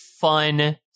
fun